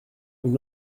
une